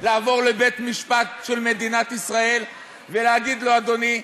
לעבור לבית-משפט של מדינת ישראל ולהגיד לו: אדוני,